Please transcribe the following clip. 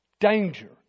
danger